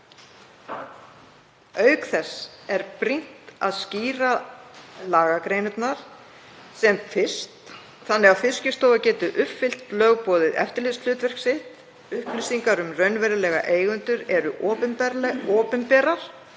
Auk þess er brýnt að skýra lagagreinarnar sem fyrst þannig að Fiskistofa geti uppfyllt lögboðið eftirlitshlutverk sitt. Upplýsingar um raunverulega eigendur eru opinberar